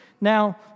Now